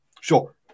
Sure